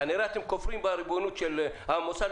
כנראה שאתם כופרים בריבונות של המדינה.